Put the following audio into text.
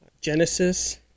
Genesis